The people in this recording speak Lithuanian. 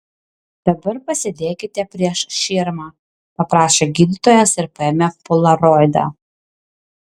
dabar pasėdėkite prieš širmą paprašė gydytojas ir paėmė polaroidą